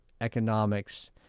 economics